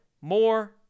more